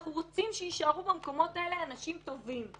אנחנו רוצים שיישארו במקומות האלה אנשים טובים,